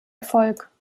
erfolg